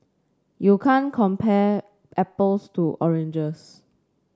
you can't compare apples to oranges